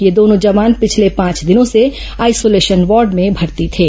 ये दोनों जवान पिछले पांच दिनों से आईसोलेशन वार्ड में भर्ती थे